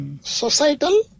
societal